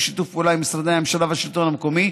ובשיתוף פעולה עם משרדי הממשלה והשלטון המקומי,